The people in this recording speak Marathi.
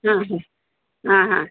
हां हां हां हां